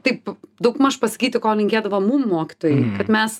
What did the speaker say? taip daugmaž pasakyti ko linkėdavo mum mokytojai kad mes